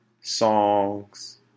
songs